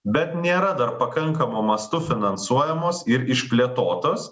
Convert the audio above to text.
bet nėra dar pakankamu mastu finansuojamos ir išplėtotos